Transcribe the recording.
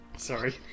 Sorry